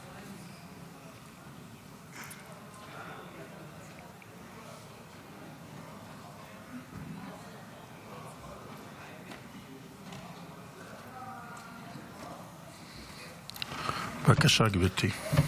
בבקשה, גברתי.